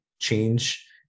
change